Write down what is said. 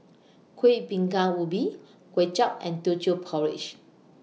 Kuih Bingka Ubi Kuay Chap and Teochew Porridge